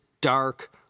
dark